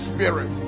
Spirit